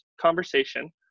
conversation